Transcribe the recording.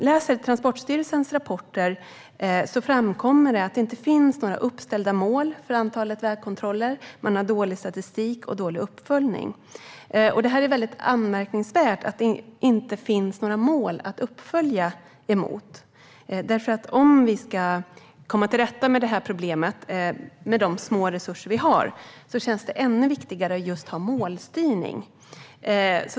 Av Transportstyrelsens rapporter framgår att det inte finns några uppställda mål för antalet vägkontroller samt att man har dålig statistik och dålig uppföljning. Det är anmärkningsvärt att det inte finns några mål att följa upp, för om vi ska komma till rätta med det här problemet, med de små resurser vi har, känns det ännu viktigare att ha målstyrning.